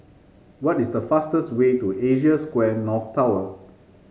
what is the fastest way to Asia Square North Tower